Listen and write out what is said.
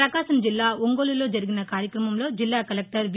ప్రకాశంజిల్లా ఒంగోలులో జరిగిన కార్యక్రమంలో జిల్లా కలెక్టర్ వి